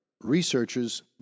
Researchers